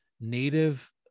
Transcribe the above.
native